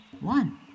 One